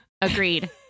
agreed